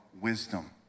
wisdom